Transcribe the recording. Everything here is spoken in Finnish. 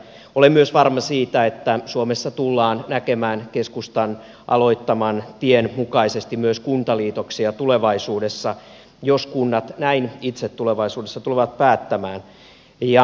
olen myös varma siitä että suomessa tullaan näkemään keskustan aloittaman tien mukaisesti myös kuntaliitoksia tulevaisuudessa jos kunnat näin itse tulevaisuudessa tulevat päättämään